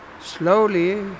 slowly